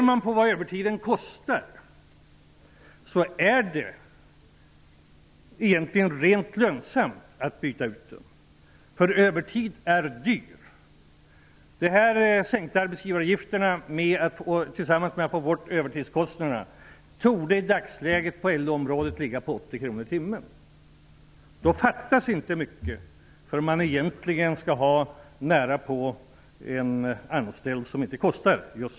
Om man ser på vad övertiden kostar finner man att det egentligen är lönsamt att byta ut den -- det är dyrt med övertid. De sänkta arbetsgivaravgifterna tillsammans med att man får bort övertidskostnaderna torde i dagsläget innebära 80 kr i timmen på LO-området. Det fattas egentligen inte mycket förrän man närapå har en anställd som inte kostar någonting.